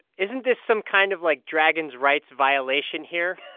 isn't this some kind of, like, dragons' rights violation here?